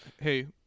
hey –